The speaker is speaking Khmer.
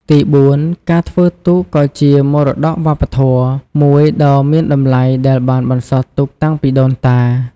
ទីបួន ការធ្វើទូកក៏ជា មរតកវប្បធម៌ មួយដ៏មានតម្លៃដែលបានបន្សល់ទុកតាំងពីដូនតា។